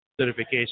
certification